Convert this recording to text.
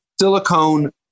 silicone